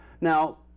Now